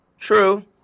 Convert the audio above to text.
True